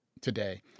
today